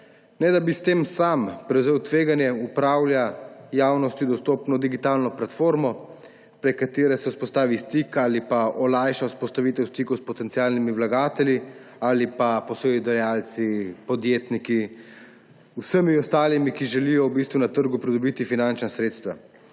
ne da bi s tem sam prevzel tveganje, upravlja javnosti dostopno digitalno platformo, prek katere se vzpostavi stik ali olajša vzpostavitev stikov s potencialnimi vlagatelji ali posojilodajalci, podjetniki, vsemi ostalimi, ki želijo v bistvu na trgu pridobiti finančna sredstva.